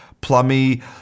Plummy